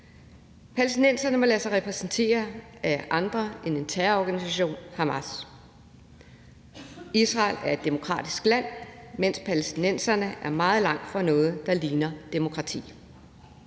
Palæstinenserne må lade sig repræsentere af andre end terrororganisationen Hamas. Israel er et demokratisk land, mens palæstinenserne er meget langt fra noget, der ligner demokrati.